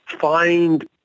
find